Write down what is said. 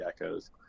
geckos